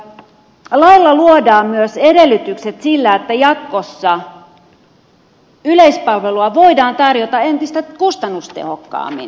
lailla luodaan myös edellytykset sille että jatkossa yleispalvelua voidaan tarjota entistä kustannustehokkaammin